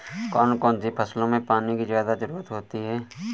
कौन कौन सी फसलों में पानी की ज्यादा ज़रुरत होती है?